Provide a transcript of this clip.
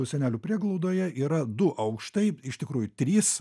senelių prieglaudoje yra du aukštai iš tikrųjų trys